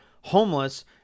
homeless